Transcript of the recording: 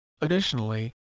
Additionally